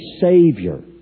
savior